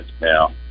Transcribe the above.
now